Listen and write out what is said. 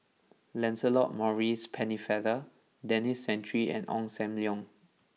Lancelot Maurice Pennefather Denis Santry and Ong Sam Leong